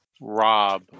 Rob